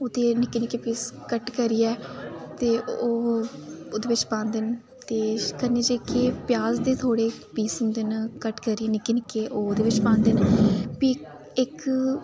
ओह्दे निक्के निक्के पीस कट करियै ते ओह् ओह्दे बिच पांदे ते कन्नै जेह्की प्याज दे थोह्ड़े पीस होंदे न कट करियै निक्के निक्के ओह् ओह्दे बिच्च पांदे न फ्ही इक